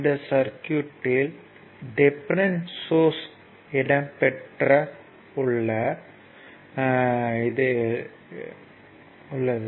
இந்த சர்க்யூட்யில் dependent source இடம் பெற்று உள்ளது